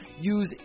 use